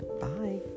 bye